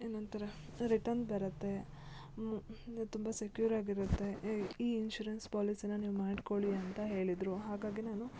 ಏನಂತಾರೆ ರಿಟನ್ ಬರುತ್ತೆ ಮು ನೀವು ತುಂಬ ಸೆಕ್ಯೂರ್ ಆಗಿರುತ್ತೆ ಈ ಈ ಇನ್ಶೂರೆನ್ಸ್ ಪಾಲಿಸಿನ ನೀವು ಮಾಡ್ಕೊಳ್ಳಿ ಅಂತ ಹೇಳಿದರು ಹಾಗಾಗಿ ನಾನು